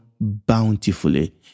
bountifully